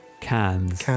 Cans